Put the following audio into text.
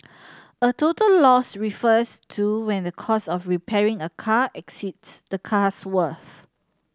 a total loss refers to when the cost of repairing a car exceeds the car's worth